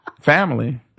Family